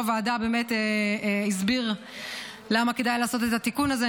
הוועדה באמת הסביר למה כדאי לעשות את התיקון הזה.